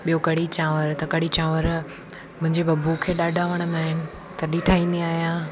ॿियो कढ़ी चांवर त कढ़ी चांवर मुंहिंजे बबू खे ॾाढा वणंदा आहिनि तॾी ठाहींदी आहियां